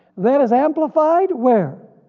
that is amplified where?